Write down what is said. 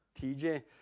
TJ